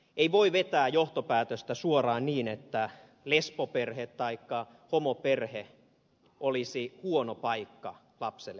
ei voi vetää johtopäätöstä suoraan niin että lesboperhe taikka homoperhe olisi huono paikka lapselle kasvaa